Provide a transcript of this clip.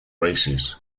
races